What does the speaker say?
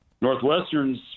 northwestern's